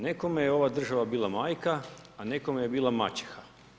Nekome je ova država bila majka, a nekome je bila maćeha.